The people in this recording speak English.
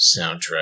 soundtrack